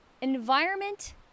Environment